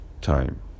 time